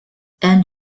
and